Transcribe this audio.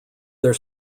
their